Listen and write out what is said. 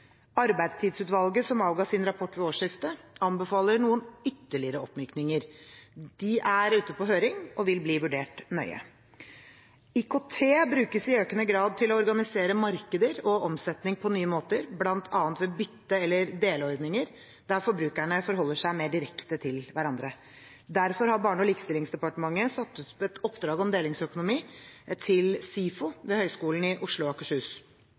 Arbeidstidsutvalget, som avga sin rapport ved årsskiftet, anbefaler noen ytterligere oppmykninger. Forslagene er ute til høring, og vil bli vurdert nøye. IKT brukes i økende grad til å organisere markeder og omsetning på nye måter, bl.a. ved bytte- eller deleordninger der forbrukerne forholder seg mer direkte til hverandre. Derfor har Barne- og likestillingsdepartementet satt ut et oppdrag om delingsøkonomi til SIFO ved Høgskolen i Oslo og Akershus.